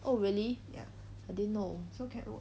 oh really I didn't know